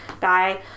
guy